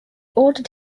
ordered